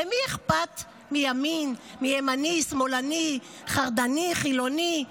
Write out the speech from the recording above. למי אכפת מימני, שמאלני, חרדני, חילוני?